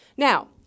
Now